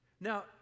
Now